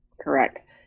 Correct